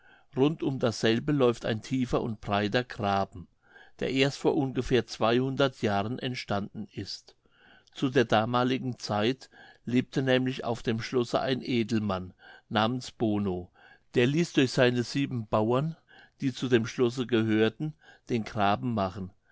rund um dasselbe läuft ein tiefer und breiter graben der erst vor ungefähr zweihundert jahren entstanden ist zu der damaligen zeit lebte nämlich auf dem schlosse ein edelmann namens bono der ließ durch seine sieben bauern die zu dem schlosse gehörten den graben machen